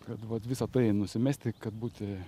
kad vat visa tai nusimesti kad būti